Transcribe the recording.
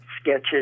sketches